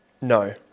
No